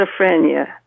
schizophrenia